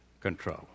control